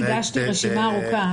אני הגשתי רשימה ארוכה,